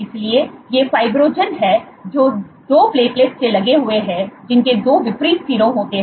इसलिए ये फाइब्रिनोजन हैं जो 2 प्लेटलेट्स से लगे हुए हैं जिनके 2 विपरीत सिरों होते हैं